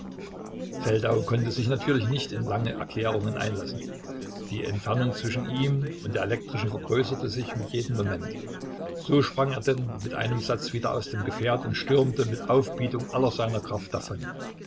feldau konnte sich natürlich nicht in lange erklärungen einlassen die entfernung zwischen ihm und der elektrischen vergrößerte sich mit jedem moment so sprang er denn mit einem satz wieder aus dem gefährt und stürmte mit aufbietung aller seiner kraft davon